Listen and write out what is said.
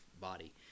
body